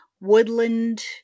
woodland